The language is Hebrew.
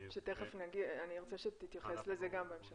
ואני ארצה שתתייחס לזה גם בהמשך.